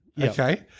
okay